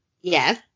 Yes